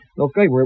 okay